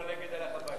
ההצעה להעביר